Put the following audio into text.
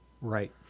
Right